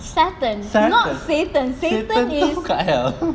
saturn not satan satan is